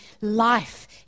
life